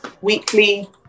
weekly